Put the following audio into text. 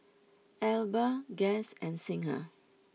Alba Guess and Singha